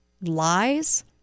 lies